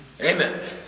Amen